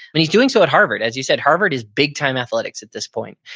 but he's doing so at harvard as you said. harvard is big time athletics at this point.